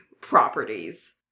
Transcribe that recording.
properties